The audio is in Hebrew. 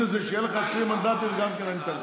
חוץ מזה, כשיהיו לך 20 מנדטים, אני אתן גם לך.